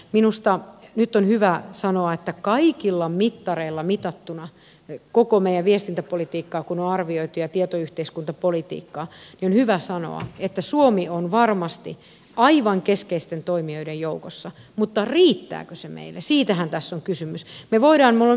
minusta nyt on hyvä sanoa että kaikilla mittareilla mitattuna kun on arvioitu koko meidän viestintäpolitiikkaa ja tietoyhteiskuntapolitiikkaa suomi on varmasti aivan keskeisten toimijoiden joukossa mutta riittääkö se meille siitähän tässä on kysymys